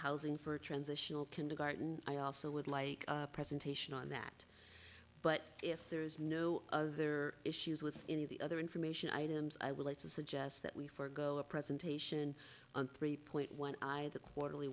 housing for transitional kindergarten i also would like presentation on that but if there is no other issues with any of the other information items i would like to suggest that we forego a presentation on three point one i had the quarterly